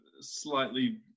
slightly